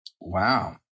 Wow